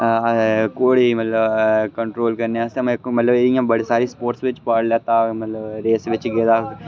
घोड़े गी मतलब कंट्रोल करने आस्तै मतलब इ'यां बड़े सारे स्पोर्टस बिच पार्ट लैता मतलब रेस बिच गेदा